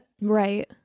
Right